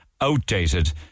Outdated